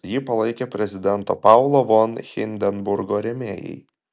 jį palaikė prezidento paulo von hindenburgo rėmėjai